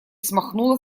смахнула